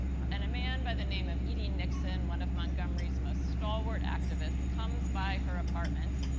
and, a man by the name of e. d. nixon, one of montgomery's most stalwart activists, comes by her apartment,